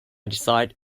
decided